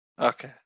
Okay